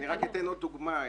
אני אתן עוד דוגמה.